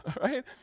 right